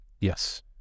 Yes